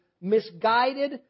misguided